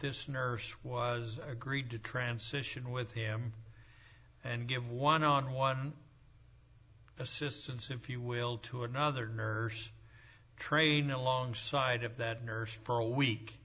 this nurse was agreed to transitional with him and give one on one assistance if you will to another nurse train alongside of that nurse for a week